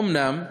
אומנם,